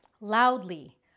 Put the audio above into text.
loudly